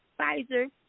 Pfizer